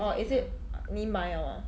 orh is it 你买 liao ah